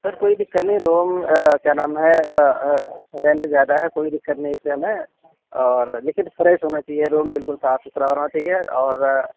سر کوئی دقت نہیں روم کیا نام ہے رینٹ زیادہ ہے کوئی دقت نہیں اِس سے ہمیں اور لیکن فریش ہونا چاہیے روم بالکل صاف سُتھرا ہونا چاہیے اور